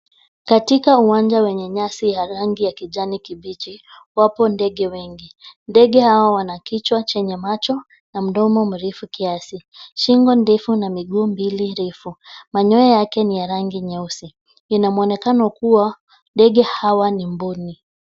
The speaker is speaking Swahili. Katika uwanja wenye nyasi ya rangi ya kijani kibichi, wapo ndege wengi. Ndege hao wana kichwa chenye macho na mdomo mrefu kiasi. Shingo ndefu na miguu mbili refu. Manyoa yake ni ya rangi nyeusi . Ina mwonekano kuwa ndege hawa ni mbuni.